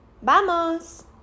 Vamos